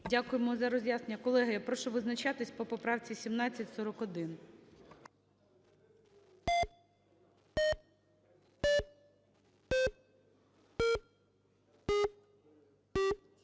Дякуємо за роз'яснення. Колеги, я прошу визначатися по поправці 1741.